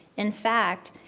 in fact,